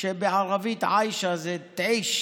בערבית עיישה זה תעייש,